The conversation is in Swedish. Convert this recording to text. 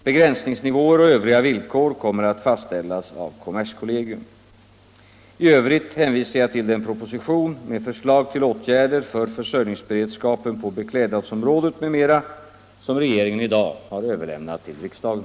Begränsningsnivåer och övriga villkor kommer att fastställas av kommerskollegium. I övrigt hänvisar jag till den proposition med förslag till åtgärder för försörjningsberedskapen på beklädnadsområdet m.m. som regeringen i dag har överlämnat till riksdagen.